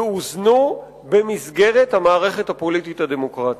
יאוזנו במסגרת המערכת הפוליטית הדמוקרטית.